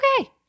okay